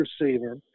receiver